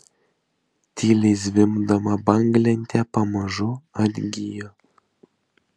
tyliai zvimbdama banglentė pamažu atgijo